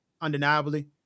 Undeniably